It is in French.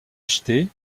acheter